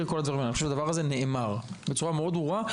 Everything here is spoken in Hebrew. אני חושב שהדבר הזה נאמר בצורה מאוד ברורה,